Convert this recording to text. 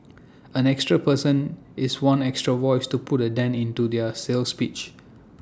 an extra person is one extra voice to put A dent into their sales pitch